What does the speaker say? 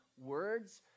words